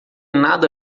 nada